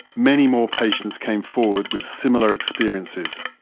many more patients came forward with similar experiences.